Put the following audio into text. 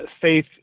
faith